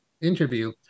interview